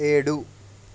ఏడు